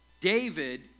David